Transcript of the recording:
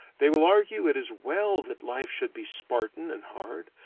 they will argue it is well that life should be spartan and hard,